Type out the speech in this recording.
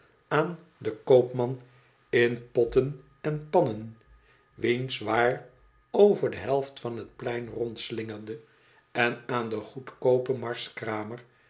aan den koopman in potten en pannen wiens waar over de helft van t plein rondslingerde en aan den goedkoopen marskramer